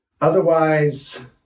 Otherwise